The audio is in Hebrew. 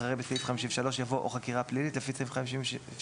אחרי "בסעיף 53" יבוא "או חקירה פלילית לפי סעיף 56ג